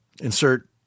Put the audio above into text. insert